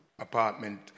apartment